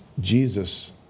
Jesus